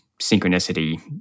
synchronicity